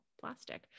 plastic